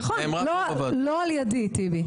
נכון, לא על ידי, טיבי.